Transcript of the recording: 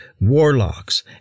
warlocks